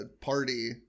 party